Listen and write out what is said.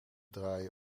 draaien